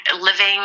living